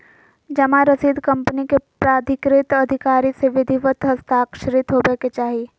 जमा रसीद कंपनी के प्राधिकृत अधिकारी से विधिवत हस्ताक्षरित होबय के चाही